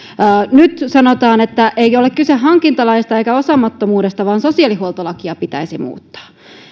nyt sanotaan että ei ole kyse hankintalaista eikä osaamattomuudesta vaan sosiaalihuoltolakia pitäisi muuttaa